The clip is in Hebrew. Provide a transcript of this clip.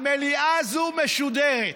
המליאה הזאת משודרת,